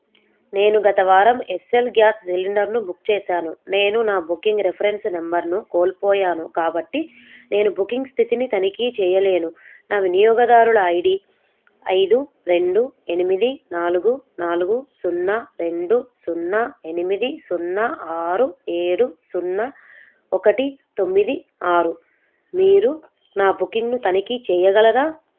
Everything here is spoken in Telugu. నేను గత వారం ఎస్ ఎల్ గ్యాస్ సిలిండర్ను బుక్ చేసాను నేను నా బుకింగ్ రిఫరెన్స్ నంబర్ను కోల్పోయాను కాబట్టి నేను బుకింగ్ స్థితిని తనిఖీ చేయలేను నా వినియోగదారుల ఐ డీ ఐదు రెండు ఎనిమిది నాలుగు నాలుగు సున్నా రెండు సున్నా ఎనిమిది సున్నా ఆరు ఏడు సున్నా ఒకటి తొమ్మిది ఆరు మీరు నా బుకింగ్ను తనిఖీ చెయ్యగలరా